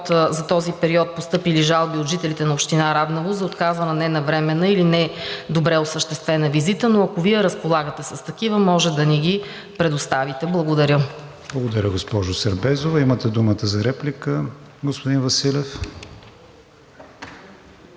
за този период няма постъпили жалби от жителите на община Раднево за отказана, ненавременна или недобре осъществена визита, но ако Вие разполагате с такива, може да ни ги предоставите. Благодаря. ПРЕДСЕДАТЕЛ КРИСТИАН ВИГЕНИН: Благодаря, госпожо Сербезова. Имате думата за реплика, господин Василев.